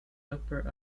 upper